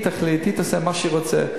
היא תחליט, היא תעשה מה שהיא רוצה.